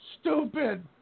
Stupid